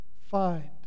find